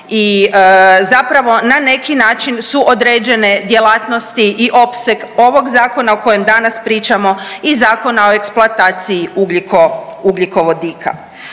i zapravo na neki način su određene djelatnosti i opseg ovog zakona o kojem danas pričamo i Zakona o eksploataciji ugljiko,